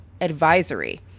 advisory